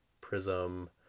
Prism